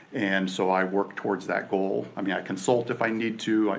and so i work towards that goal. i mean i consult if i need to,